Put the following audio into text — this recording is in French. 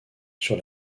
sur